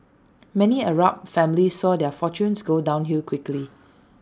many Arab families saw their fortunes go downhill quickly